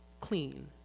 clean